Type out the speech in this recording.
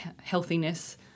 healthiness